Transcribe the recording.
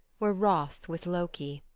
were wroth with loki.